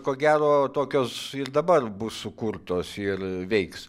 ko gero tokios ir dabar bus sukurtos ir veiks